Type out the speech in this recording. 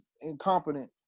incompetent